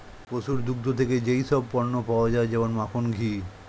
পশুর দুগ্ধ থেকে যেই সব পণ্য পাওয়া যায় যেমন মাখন, ঘি